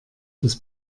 das